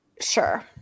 Sure